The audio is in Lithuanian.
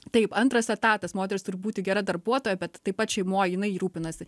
taip antras etatas moteris turi būti gera darbuotoja bet taip pat šeimoj jinai rūpinasi